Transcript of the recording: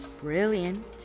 Brilliant